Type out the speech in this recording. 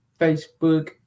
Facebook